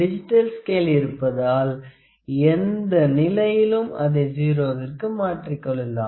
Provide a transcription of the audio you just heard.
digital scale இருப்பதால் எந்த நிலையிலும் அதை 0 விற்கு மாற்றிக்கொள்ளலாம்